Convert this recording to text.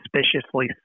suspiciously